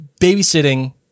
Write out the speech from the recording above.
babysitting